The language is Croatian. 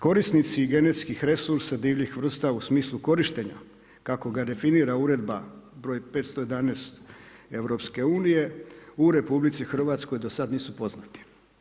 Korisnici genetskih resursa divljih vrsta u smislu korištenja kako ga definira uredba br. 511 EU u RH do sada nisu poznate.